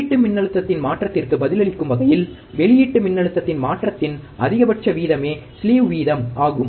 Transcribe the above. உள்ளீட்டு மின்னழுத்தத்தின் மாற்றத்திற்கு பதிலளிக்கும் வகையில் வெளியீட்டு மின்னழுத்தத்தின் மாற்றத்தின் அதிகபட்ச வீதமே ஸ்லீவ் வீதம் ஆகும்